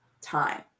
time